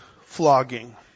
flogging